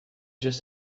just